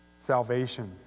Salvation